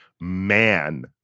man